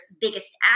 biggest